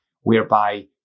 whereby